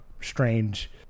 strange